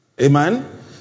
Amen